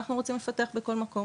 אנחנו רוצים לפתח בכל מקום,